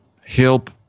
help